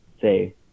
say